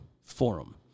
forum